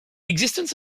existence